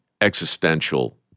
existential